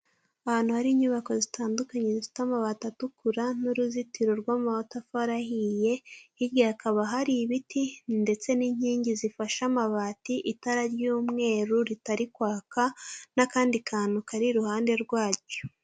Ahantu hari inyubako zitandukanye zifite amabati atukura n'uruzitiro rw'amatafari ahiye, hirya hakaba hari ibiti ndetse n'inkingi zifashe amabati, itara ry'umweru ritari kwaka n'akandi kantu kari iruhande rwacyo.